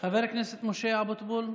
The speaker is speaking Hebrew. חבר הכנסת משה אבוטבול,